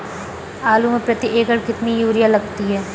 आलू में प्रति एकण कितनी यूरिया लगती है?